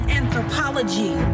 anthropology